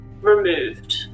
removed